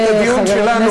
את הדיון שלנו,